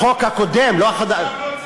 בחוק הקודם, לא החדש.